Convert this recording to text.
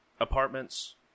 apartments